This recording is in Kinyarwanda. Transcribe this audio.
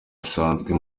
asanzwe